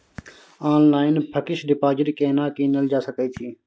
Online fix deposit केना कीनल जा सकै छी?